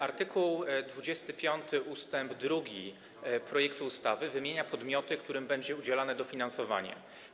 Art. 25 ust. 2 projektu ustawy wymienia podmioty, którym będzie udzielane dofinansowanie.